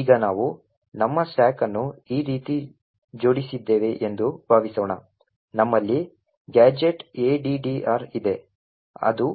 ಈಗ ನಾವು ನಮ್ಮ ಸ್ಟಾಕ್ ಅನ್ನು ಈ ರೀತಿ ಜೋಡಿಸಿದ್ದೇವೆ ಎಂದು ಭಾವಿಸೋಣ ನಮ್ಮಲ್ಲಿ GadgetAddr ಇದೆ ಅದು